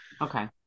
okay